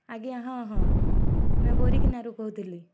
ଆଜ୍ଞା ହଁ ହଁ ମୁଁ ବୋରିକିନାରୁ କହୁଥିଲି